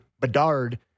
Bedard